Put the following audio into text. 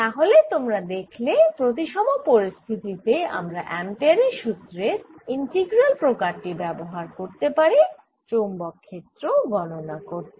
তাহলে তোমরা দেখলে প্রতিসম পরিস্থিতি তে আমরা অ্যাম্পেয়ারের সুত্রের ইন্টিগ্রাল প্রকার টি ব্যবহার করতে পারি চৌম্বক ক্ষেত্র গণনা করতে